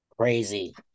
Crazy